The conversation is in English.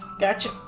Gotcha